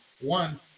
one